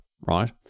right